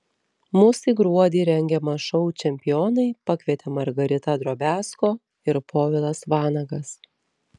mus į gruodį rengiamą šou čempionai pakvietė margarita drobiazko ir povilas vanagas